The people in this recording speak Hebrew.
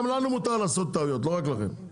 גם לנו מותר לעשות טעויות, לא רק לכם.